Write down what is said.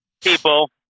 people